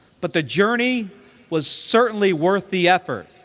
but the journey was certainly worth the effort.